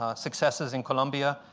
ah successes in colombia,